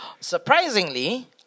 Surprisingly